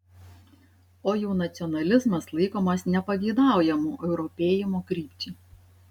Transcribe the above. o jau nacionalizmas laikomas nepageidaujamu europėjimo krypčiai